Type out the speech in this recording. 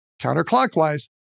counterclockwise